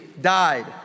died